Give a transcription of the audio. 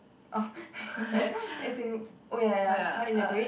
orh as in oh ya ya ya can i elaborate